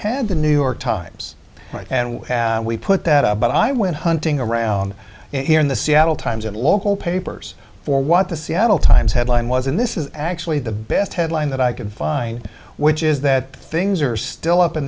had the new york times and we put that up but i went hunting around here in the seattle times and local papers for what the seattle times headline was and this is actually the best headline that i could find which is that things are still up in